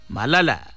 Malala